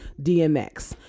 DMX